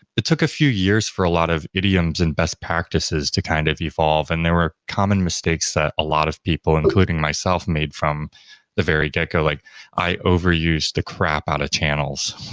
it took a few years for a lot of idioms and best practices to kind of evolve and there were common mistakes that a lot of people, including myself made from the very get-go. like i overused the crap out of channels